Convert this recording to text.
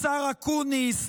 לשר אקוניס,